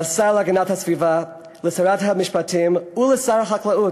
לשר להגנת הסביבה, לשרת המשפטים ולשר החקלאות,